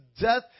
death